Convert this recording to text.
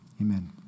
Amen